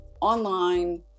online